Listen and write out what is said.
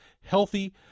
healthy